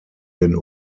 den